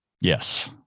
Yes